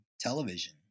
television